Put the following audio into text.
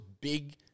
Big